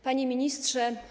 Panie Ministrze!